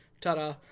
ta-da